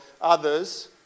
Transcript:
others